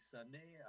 Sunday